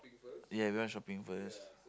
ya we went shopping first